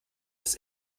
das